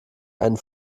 einen